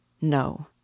No